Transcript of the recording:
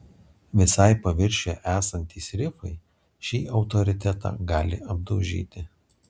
visai paviršiuje esantys rifai šį autoritetą gali apdaužyti